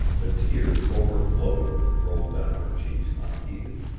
the tears overflowed and rolled down her cheeks unheeded.